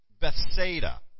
Bethsaida